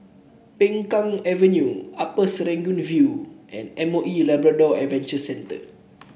Peng Kang Avenue Upper Serangoon View and M O E Labrador Adventure Centre